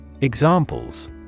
Examples